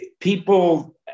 people